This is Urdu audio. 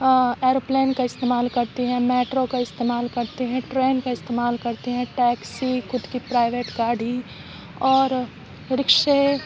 ایرو پلین کا استعمال کرتے ہیں میٹرو کا استعمال کرتے ہیں ٹرین کا استعمال کرتے ہیں ٹیکسی خود کی پرائیویٹ گاڑی اور رکشے